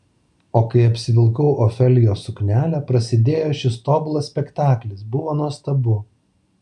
o kai apsivilkau ofelijos suknelę prasidėjo šis tobulas spektaklis buvo nuostabu